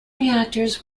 reactors